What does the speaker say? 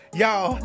y'all